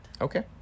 okay